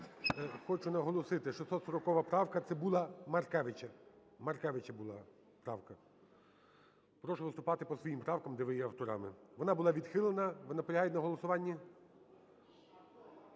Хочу наголосити, 640 правка, це була Маркевича. Маркевича була правка. Прошу виступати по своїм правкам, де ви є авторами. Вона була відхилена. Ви наполягаєте на голосуванні?